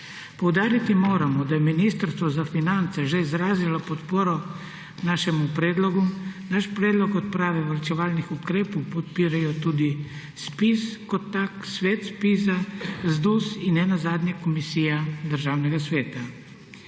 Poudariti moramo, da je Ministrstvo za finance že izrazilo podporo našemu predlogu. Naš predlog odprave varčevalnih ukrepov podpirajo tudi ZPIZ, Svet ZPIZ, ZDUS in nenazadnje Komisija Državnega sveta.